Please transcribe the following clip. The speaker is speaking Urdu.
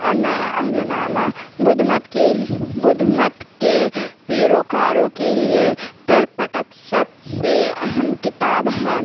اور نیا عہدنامہ بدھ مت کے بدھ مت کے پیروکاروں کے لیے ترپٹک سب سے اہم کتاب ہے